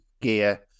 gear